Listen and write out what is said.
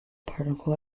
particle